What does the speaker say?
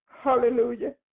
Hallelujah